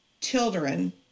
children